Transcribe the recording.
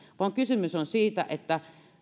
vaan kysymys on siitä että